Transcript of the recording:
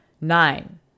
nine